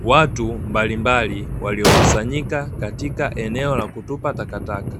Watu mbalimbali waliokusanyika katika eneo la kutupa takataka,